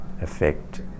affect